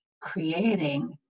creating